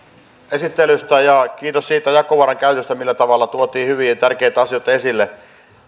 esittelystä ja kiitos siitä jakovaran käytöstä millä tavalla tuotiin hyviä ja tärkeitä asioita esille